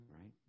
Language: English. right